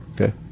Okay